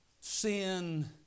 Sin